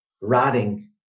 rotting